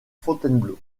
fontainebleau